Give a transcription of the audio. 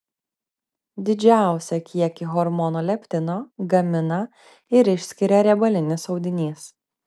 didžiausią kiekį hormono leptino gamina ir išskiria riebalinis audinys